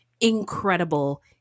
incredible